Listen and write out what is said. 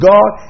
God